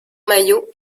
maillot